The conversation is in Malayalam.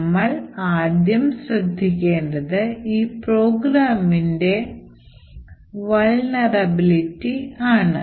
നമ്മൾ ആദ്യം ശ്രദ്ധിക്കേണ്ടത് ഈ പ്രോഗ്രാംൻറെ vulnerability ആണ്